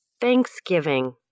Thanksgiving